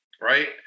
right